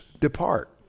depart